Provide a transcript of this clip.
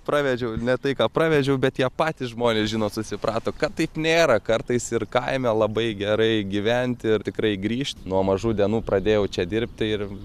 pravedžiau ne tai ką pravedžiau bet jie patys žmonės žinot susiprato kad taip nėra kartais ir kaime labai gerai gyventi ir tikrai grįžt nuo mažų dienų pradėjau čia dirbti ir